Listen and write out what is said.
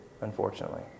unfortunately